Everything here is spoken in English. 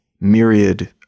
myriad